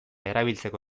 erabiltzeko